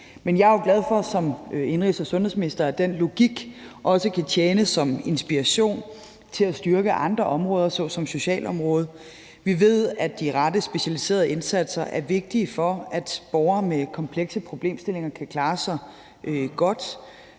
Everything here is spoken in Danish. Men jeg er jo glad for som indenrigs- og sundhedsminister, at den logik også kan tjene som inspiration til at styrke andre områder såsom socialområdet. Vi ved, at de rette specialiserede indsatser er vigtige for, at borgere med komplekse problemstillinger kan klare sig godt.